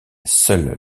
seul